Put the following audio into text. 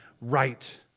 right